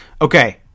Okay